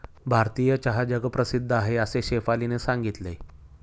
भारतीय चहा जगप्रसिद्ध आहे असे शेफालीने सांगितले